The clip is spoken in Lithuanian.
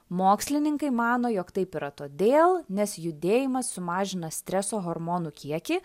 mokslininkai mano jog taip yra todėl nes judėjimas sumažina streso hormonų kiekį